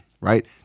right